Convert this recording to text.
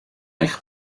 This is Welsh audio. eich